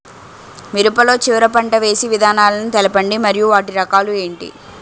మిరప లో చివర పంట వేసి విధానాలను తెలపండి మరియు వాటి రకాలు ఏంటి